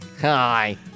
Hi